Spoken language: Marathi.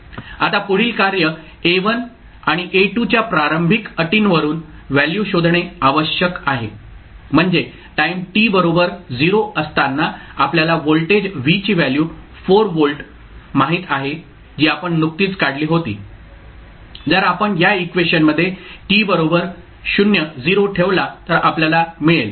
आता पुढील कार्य A1 आणि A2 च्या प्रारंभिक अटीं वरून व्हॅल्यू शोधणे आवश्यक आहे म्हणजे टाईम t बरोबर 0 असताना आपल्याला व्होल्टेज v ची व्हॅल्यू 4 व्होल्ट माहित आहे जी आपण नुकतीच काढली होती जर आपण या इक्वेशन मध्ये t बरोबर 0 ठेवला तर आपल्याला मिळेल